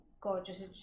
gorgeous